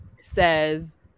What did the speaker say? says